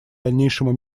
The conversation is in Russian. дальнейшему